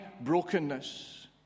brokenness